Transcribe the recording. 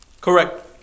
Correct